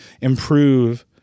improve